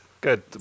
Good